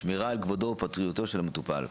שמירה על כבודו ופרטיותו של המטופל.